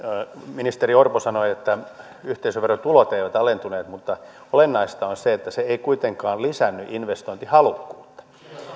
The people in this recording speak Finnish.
ministeri orpo sanoi että yhteisöverotulot eivät alentuneet mutta olennaista on se että se ei kuitenkaan lisännyt investointihalukkuutta